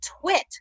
twit